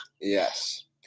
Yes